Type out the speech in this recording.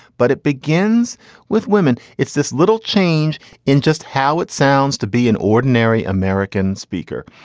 but it begins with women. it's this little change in just how it sounds to be an ordinary american speaker.